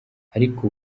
ariko